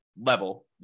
level